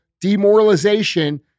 demoralization